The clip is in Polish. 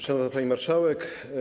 Szanowna Pani Marszałek!